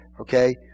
Okay